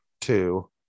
Two